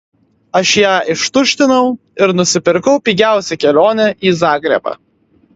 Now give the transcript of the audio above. aš ją ištuštinau ir nusipirkau pigiausią kelionę į zagrebą